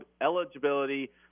eligibility